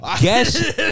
Guess